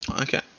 okay